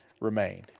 remained